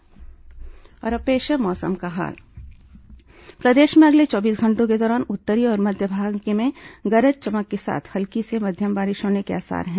मौसम और अब पेश है मौसम का हाल प्रदेश में अगले चौबीस घंटों के दौरान उत्तरी और मध्य भाग में गरज चमक के साथ हल्की से मध्यम बारिश होने के आसार हैं